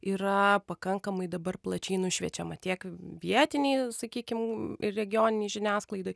yra pakankamai dabar plačiai nušviečiama tiek vietinėj sakykim ir regioninėj žiniasklaidoj